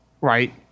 right